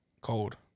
Cold